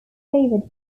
favoured